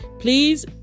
Please